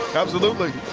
absolutely.